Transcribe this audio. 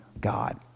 God